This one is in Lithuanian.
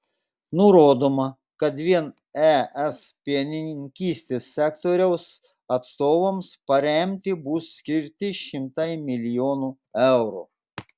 nurodoma kad vien es pienininkystės sektoriaus atstovams paremti bus skirti šimtai milijonų eurų